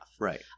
Right